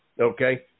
Okay